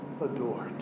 adored